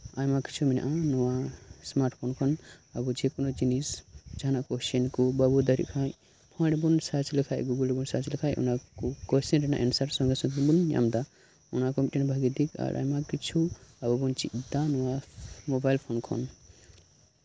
ᱟᱭᱢᱟ ᱠᱤᱪᱷᱩ ᱢᱮᱱᱟᱜᱼᱟ ᱱᱚᱣᱟ ᱮᱥᱢᱟᱨᱴ ᱯᱷᱳᱱ ᱠᱷᱚᱱ ᱡᱮ ᱠᱳᱱᱳ ᱡᱤᱱᱤᱥ ᱡᱟᱦᱟᱸᱱᱟᱜ ᱠᱚᱥᱪᱮᱱ ᱠᱚ ᱵᱟᱵᱚ ᱫᱟᱲᱮᱭᱟᱜ ᱠᱷᱟᱱ ᱚᱱᱟ ᱨᱮᱵᱚᱱ ᱥᱟᱨᱪ ᱞᱮᱠᱷᱟᱡ ᱜᱩᱜᱳᱞ ᱨᱮᱵᱚᱱ ᱥᱟᱨᱪ ᱞᱮᱠᱷᱟᱪ ᱠᱚᱥᱪᱮᱱ ᱨᱮᱱᱟᱜ ᱮᱱᱥᱟᱨ ᱥᱚᱵ ᱥᱚᱢᱚᱭ ᱵᱚᱱ ᱧᱟᱢᱫᱟ ᱚᱱᱟ ᱠᱚ ᱢᱤᱫᱴᱟᱱ ᱵᱷᱟᱹᱜᱤ ᱫᱤᱠ ᱟᱨ ᱟᱭᱢᱟ ᱠᱤᱪᱷᱩ ᱟᱵᱚ ᱵᱚᱱ ᱪᱮᱫ ᱮᱫᱟ ᱱᱚᱣᱟ ᱢᱳᱵᱟᱭᱤᱞ ᱯᱷᱳᱱ ᱠᱷᱚᱱ